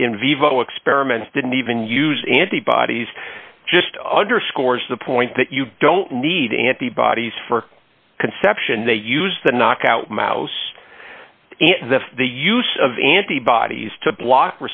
the in vivo experiments didn't even use antibodies just underscores the point that you don't need antibodies for conception they use the knockout mouse in the use of antibodies to block